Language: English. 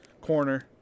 Corner